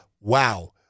Wow